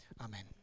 amen